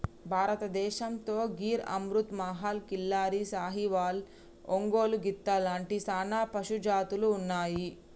భారతదేసంతో గిర్ అమృత్ మహల్, కిల్లారి, సాహివాల్, ఒంగోలు గిత్త లాంటి సానా పశుజాతులు ఉన్నాయి